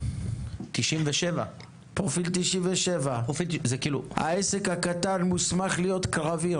97. פרופיל 97. העסק הקטן מוסמך להיות קרבי,